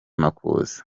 makuza